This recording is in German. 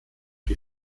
die